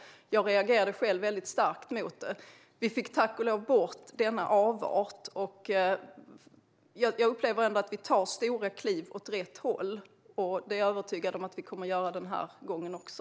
Jag reagerade starkt mot det. Vi fick tack och lov bort denna avart. Jag upplever ändå att vi tar stora kliv åt rätt håll. Det är jag övertygad om att vi kommer att göra den här gången också.